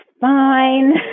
fine